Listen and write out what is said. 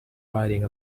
riding